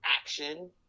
action